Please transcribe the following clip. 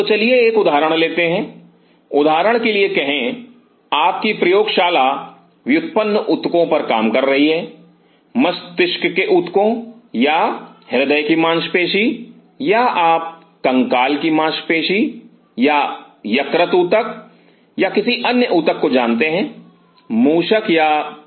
तो चलिए एक उदाहरण लेते हैं उदाहरण के लिए कहे आपकी प्रयोगशाला व्युत्पन्न ऊतकों पर काम करती है मस्तिष्क के ऊतकों या हृदय की मांसपेशी या आप कंकाल की मांसपेशी या यकृत ऊतक या किसी अन्य ऊतक को जानते हैं मूषक या चूहों से